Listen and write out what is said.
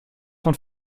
von